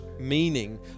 Meaning